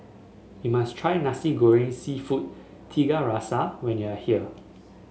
you must try Nasi Goreng seafood Tiga Rasa when you are here